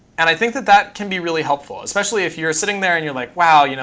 and i think that that can be really helpful, especially if you're sitting there and you're like, wow, you know